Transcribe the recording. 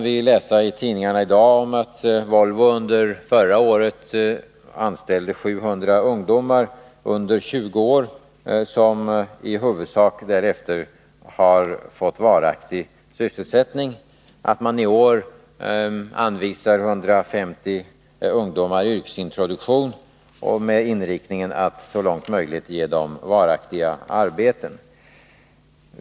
Vi kan i tidningarna i dag läsa att Volvo under förra året anställde 700 ungdomar under 20 år, vilka därefter i huvudsak fått varaktig sysselsättning och att man i år anvisar 150 ungdomar yrkesintroduktion med inriktningen att så långt det är möjligt ge dem varaktiga arbeten.